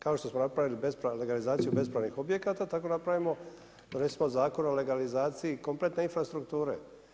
Kao što smo napravili legalizaciju bespravnih objekata, tako napravimo recimo Zakon o legalizaciji kompletne infrastrukture.